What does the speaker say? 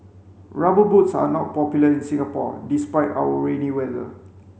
rubber boots are not popular in Singapore despite our rainy weather